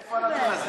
מאיפה הנתון הזה?